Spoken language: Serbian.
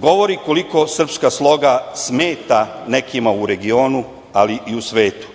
govori koliko srpska sloga smeta nekima u regionu, ali u svetu.